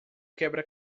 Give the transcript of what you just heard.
quebra